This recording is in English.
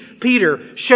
Peter